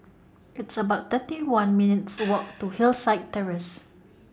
It's about thirty one minutes' Walk to Hillside Terrace